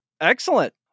Excellent